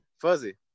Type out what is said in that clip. Fuzzy